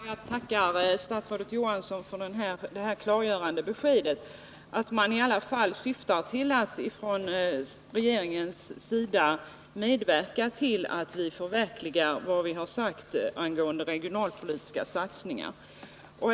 Herr talman! Jag tackar statsrådet Johansson för detta klargörande besked om att man från regeringens sida i alla fall syftar till att medverka för att förverkliga vad vi har sagt angående regionalpolitiska satsningar.